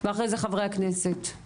ואחרי זה חברי הכנסת.